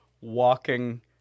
walking